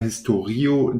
historio